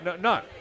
None